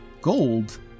gold